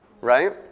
right